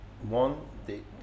one